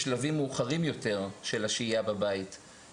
בשלבים מאוחרים יותר, של השהייה בבית;